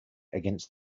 against